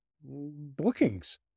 bookings